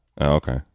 okay